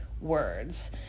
words